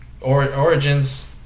Origins